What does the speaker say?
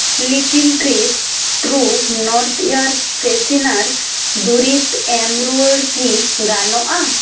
little Trees True North air freshener ᱫᱩᱨᱤᱵᱽ ᱮᱢ ᱨᱩᱣᱟᱹᱲ ᱠᱤ ᱜᱟᱱᱚᱜᱼᱟ